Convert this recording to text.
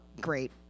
great